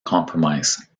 compromise